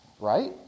Right